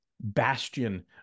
bastion